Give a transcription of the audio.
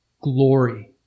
glory